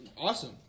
awesome